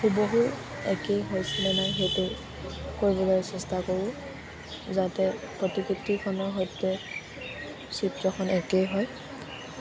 হুবহু একেই হৈছেনে নাই সেইটো কৰিবলৈ চেষ্টা কৰোঁ যাতে প্ৰতিকৃতিখনৰ সৈতে চিত্ৰখন একেই হয়